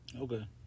Okay